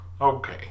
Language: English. Okay